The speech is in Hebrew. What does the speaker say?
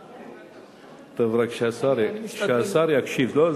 טוב, רק שהשר יקשיב.